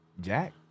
Jack